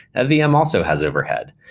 ah vm also has overhead.